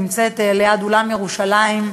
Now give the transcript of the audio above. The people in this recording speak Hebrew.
שנמצאת ליד אולם "ירושלים".